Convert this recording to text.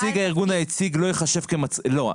נציג הארגון היציג לא ייחשב כ לא,